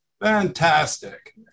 Fantastic